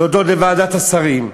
להודות לוועדת השרים,